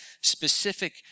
specific